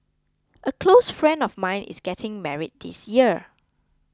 a close friend of mine is getting married this year